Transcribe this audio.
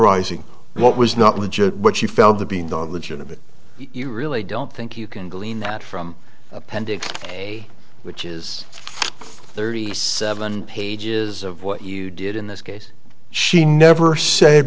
rising what was not legit what she felt the being on the jenna bit you really don't think you can glean that from appendix a which is thirty seven pages of what you did in this case she never sa